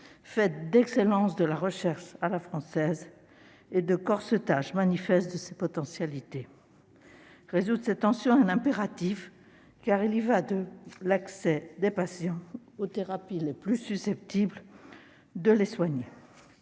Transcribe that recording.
faite d'excellence de la recherche « à la française » et de corsetage manifeste de ses potentialités. Résoudre cette tension est un impératif : il y va de l'accès des patients aux thérapies les plus susceptibles de les soigner.